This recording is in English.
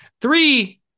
three